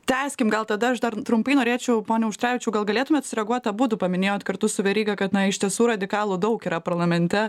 tęskim gal tada aš dar trumpai norėčiau pone auštrevičiau gal galėtumėt sureaguot abudu paminėjot kartu su veryga kad na iš tiesų radikalų daug yra parlamente